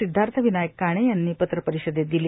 सिद्धार्थविनायक काणे यांनी पत्रपरिषदेत दिली